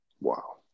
Wow